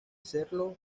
serlo